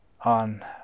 on